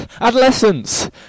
Adolescence